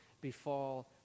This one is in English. befall